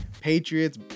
Patriots